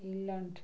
England